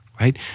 right